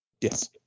Yes